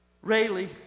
Rayleigh